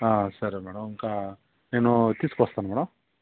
సరే మేడం ఇంక నేను తీసుకొస్తాను మేడం